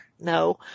No